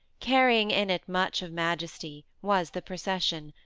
carrying in it much of majesty, was the procession,